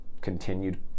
continued